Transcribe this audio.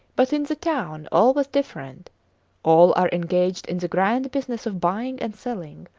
but in the town all was different all are engaged in the grand business of buying and selling,